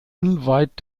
unweit